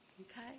okay